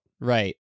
Right